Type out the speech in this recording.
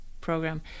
program